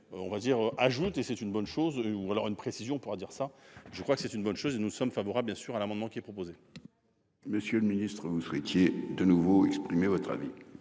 on va dire ajoute et c'est une bonne chose ou alors une précision pour dire ça. Je crois que c'est une bonne chose et nous sommes favorables bien sûr à l'amendement qui est proposé. Monsieur le Ministre vous souhaitiez de nouveau exprimé votre avis.